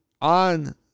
on